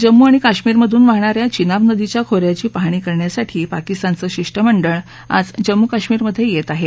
जम्मू आणि काश्मीरमधून वाहणाऱ्या चिनाब नदीच्या खोऱ्याची पाहणी करण्यासाठी पाकिस्तानचं शिष्टमंडळ आज जम्मू काश्मीरमध्ये येत आहे